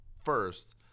First